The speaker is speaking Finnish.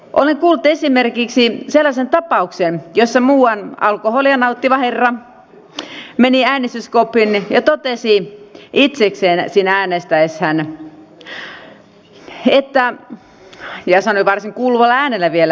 olen kuullut esimerkiksi sellaisen tapauksen jossa muuan alkoholia nauttinut herra meni äänestyskoppiin ja totesi itsekseen siinä äänestäessään että ja sanoi varsin kuuluvalla äänellä vielä